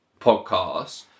podcast